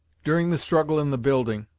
during the struggle in the building,